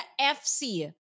FC